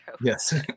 Yes